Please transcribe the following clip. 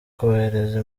kohereza